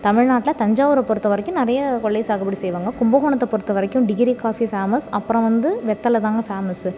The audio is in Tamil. தமிழ்நாட்டில் தஞ்சாவூரை பொறுத்த வரைக்கும் நிறைய கொள்ளை சாகுபடி செய்வாங்க கும்பகோணத்தை பொருத்த வரைக்கும் டிகிரி காஃபி பேமஸ் அப்புறம் வந்து வெற்றில தாங்க ஃபேமஸ்ஸு